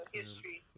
history